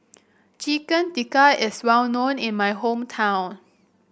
Chicken Tikka is well known in my hometown